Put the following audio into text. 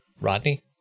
Rodney